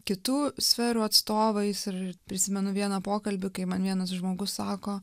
kitų sferų atstovais ir prisimenu vieną pokalbį kai man vienas žmogus sako